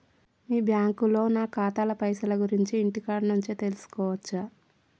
మీ బ్యాంకులో నా ఖాతాల పైసల గురించి ఇంటికాడ నుంచే తెలుసుకోవచ్చా?